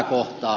miksi